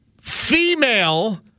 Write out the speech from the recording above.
female